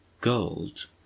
gold